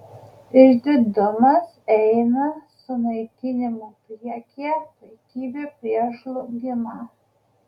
išdidumas eina sunaikinimo priekyje puikybė prieš žlugimą